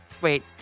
wait